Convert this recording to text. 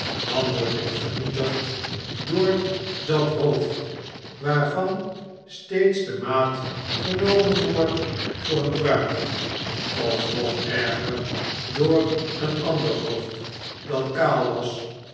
dan word ik vernietigd door dat hoofd waarvan steeds de maat genomen wordt voor een pruik of nog erger door een ander hoofd dat kaal was